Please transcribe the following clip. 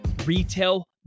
retail